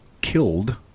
killed